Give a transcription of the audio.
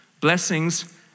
blessings